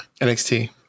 NXT